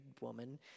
woman